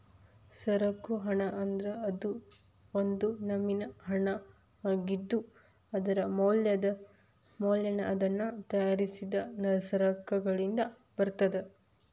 ಸರಕು ಹಣ ಅಂದ್ರ ಅದು ಒಂದ್ ನಮ್ನಿ ಹಣಾಅಗಿದ್ದು, ಅದರ ಮೌಲ್ಯನ ಅದನ್ನ ತಯಾರಿಸಿದ್ ಸರಕಗಳಿಂದ ಬರ್ತದ